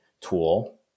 tool